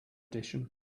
edition